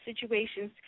situations